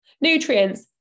Nutrients